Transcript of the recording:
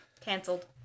Cancelled